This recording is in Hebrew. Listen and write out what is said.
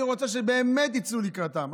אני רוצה שבאמת יצאו לקראתן.